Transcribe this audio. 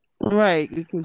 Right